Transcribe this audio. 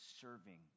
serving